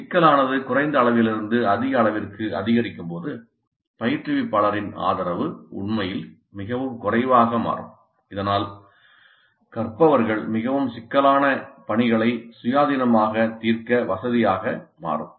சிக்கலானது குறைந்த அளவிலிருந்து அதிக அளவிற்கு அதிகரிக்கும்போது பயிற்றுவிப்பாளரின் ஆதரவு உண்மையில் மிகவும் குறைவாக மாறும் இதனால் கற்பவர்கள் மிகவும் சிக்கலான பணிகளை சுயாதீனமாக தீர்க்க வசதியாக மாறும்